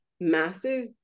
massive